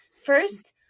First